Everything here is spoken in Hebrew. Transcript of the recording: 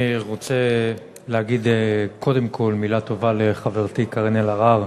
אני רוצה להגיד קודם כול מילה טובה לחברתי קארין אלהרר,